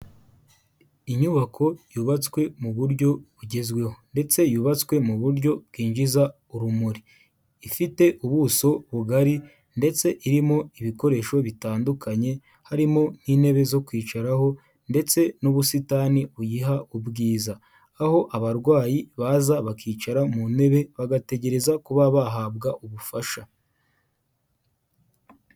Inyubako yubatswe mu buryo bugezweho ndetse yubatswe mu buryo bwinjiza urumuri, ifite ubuso bugari ndetse irimo ibikoresho bitandukanye harimo n'intebe zo kwicaraho ndetse n'ubusitani uyiha ubwiza aho abarwayi baza bakicara mu ntebe bagategereza kuba bahabwa ubufasha.